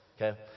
okay